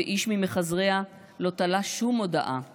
/ ואיש ממחזריה לא תלה שום מודעה /